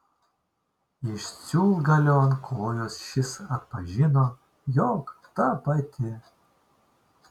iš siūlgalio ant kojos šis atpažino jog ta pati